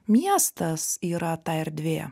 miestas yra ta erdvė